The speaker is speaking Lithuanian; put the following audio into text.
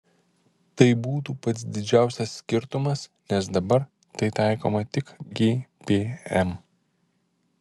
tai būtų pats didžiausias skirtumas nes dabar tai taikoma tik gpm